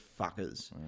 fuckers